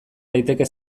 daiteke